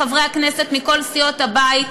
חברי הכנסת מכל סיעות הבית,